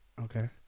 Okay